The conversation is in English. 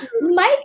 Mike